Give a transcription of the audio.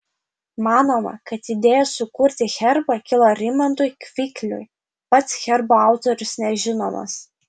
manoma kad idėja sukurti herbą kilo rimantui kvikliui pats herbo autorius nežinomas